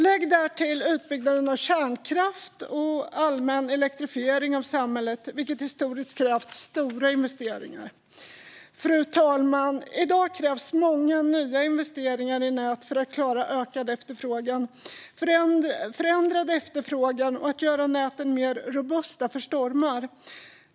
Lägg därtill utbyggnaden av kärnkraft och allmän elektrifiering av samhället, vilket historiskt krävt stora investeringar. Fru talman! I dag krävs många nya investeringar i nät för att klara ökad efterfrågan, förändrad efterfrågan och att göra näten mer robusta för stormar.